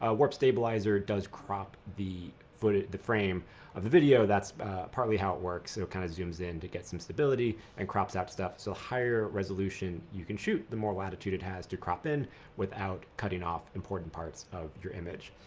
ah warp stabilizer does crop the footage, the frame of the video, that's partly how it works. so it kind of zooms in to get some stability and crops up stuff. so higher resolution you can shoot the more latitude it has to crop in without cutting off important parts of your image.